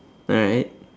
right